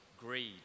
greed